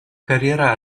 carriera